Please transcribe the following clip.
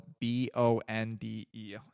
B-O-N-D-E